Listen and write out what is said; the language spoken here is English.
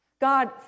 God